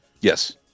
yes